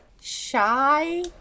Shy